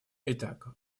итак